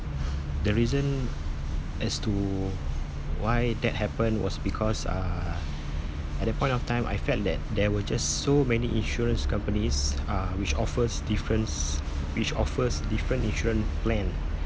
the reason as to why that happened was because uh at that point of time I felt that there were just so many insurance companies um which offers difference which offers different insurance plan